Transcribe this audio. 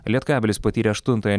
lietkabelis patyrė aštuntąją